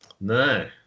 No